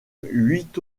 huit